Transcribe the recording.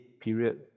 period